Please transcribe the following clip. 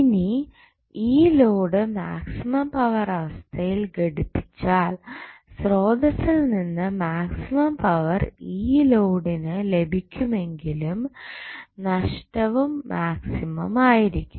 ഇനി ഈ load maximum power അവസ്ഥയിൽ ഘടിപ്പിച്ചാൽ സ്രോതസ്സിൽ നിന്ന് മാക്സിമം പവർ ഈ ലോഡിന് ലഭിക്കുമെങ്കിലും നഷ്ടവും മാക്സിമം ആയിരിക്കും